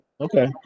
Okay